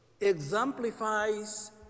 exemplifies